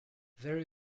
very